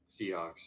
Seahawks